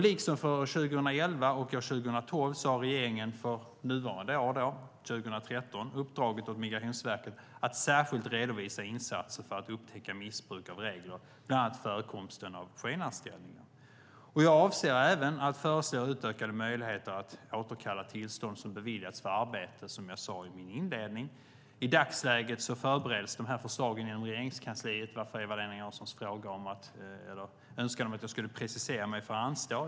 Liksom för år 2011 och år 2012 har regeringen för nuvarande år, 2013, uppdragit åt Migrationsverket att särskilt redovisa insatser för att upptäcka missbruk av regler, bland annat förekomsten av skenanställningar. Jag avser även att föreslå utökade möjligheter att återkalla tillstånd som beviljats för arbete, som jag sade i min inledning. I dagsläget förbereds de här förslagen inom Regeringskansliet varför Eva-Lena Janssons önskan om att jag ska precisera mig får anstå.